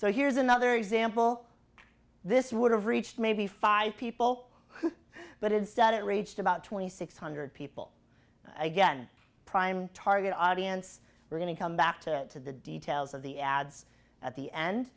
so here's another example of this would have reached maybe five people who but instead it reached about twenty six hundred people again prime target audience we're going to come back to the details of the ads at the end